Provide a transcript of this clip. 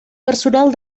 personal